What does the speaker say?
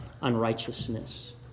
unrighteousness